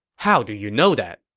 how do you know that?